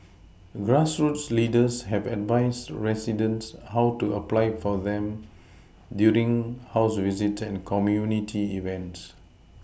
grassroots leaders have advised residents how to apply for them during house visits and community events